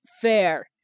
Fair